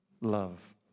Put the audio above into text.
love